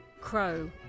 Crow